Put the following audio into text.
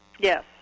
Yes